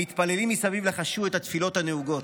המתפללים מסביב לחשו את התפילות הנהוגות,